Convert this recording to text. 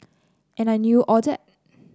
and I knew all that